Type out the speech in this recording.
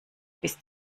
bis